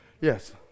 Yes